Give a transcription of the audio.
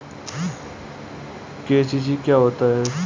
KCC क्या होता है?